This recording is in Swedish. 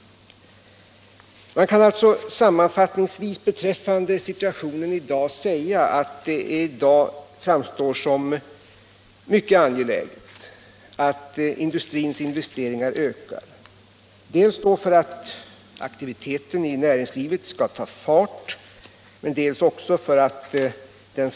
Man kan alltså sammanfattningsvis säga om situationen att det i dag framstår som mycket angeläget att industrins investeringar ökar — dels då för att aktiviteten i näringslivet skall ta fart, dels också för att den.